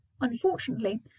unfortunately